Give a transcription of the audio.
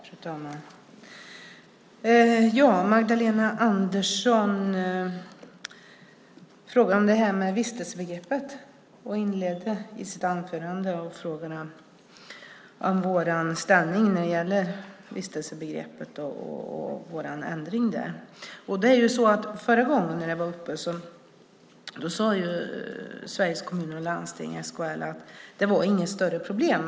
Fru talman! Magdalena Andersson frågade om vistelsebegreppet i sitt inledningsanförande och frågade om vår inställning och ändring där. Förra gången när detta var uppe sade Sveriges Kommuner och Landsting att det inte var något större problem.